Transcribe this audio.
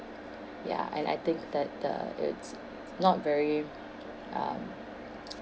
ya I think that the it's not very um